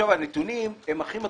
הנתונים הם הכי מטרידים.